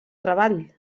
treball